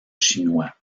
chinois